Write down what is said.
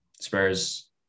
Spurs